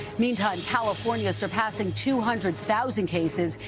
meantime, california surpassing two hundred thousand cases.